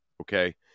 Okay